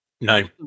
No